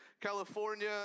California